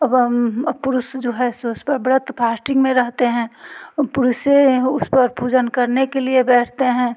अब पुरुष जो है सो उस पर व्रत फास्टिंग में रहते हैं पुरुष उस वक़्त पूजन करने के लिए बैठते हैं